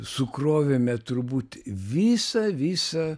sukrovėme turbūt visą visą